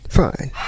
fine